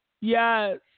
Yes